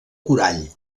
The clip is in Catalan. corall